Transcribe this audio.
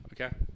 Okay